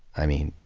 i mean,